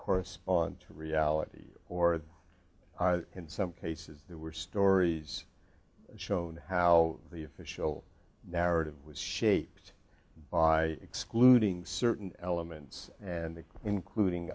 correspond to reality or in some cases there were stories shown how the official narrative was shaped by excluding certain elements and they including